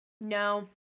No